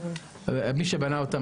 מי שבנה אותם,